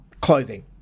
clothing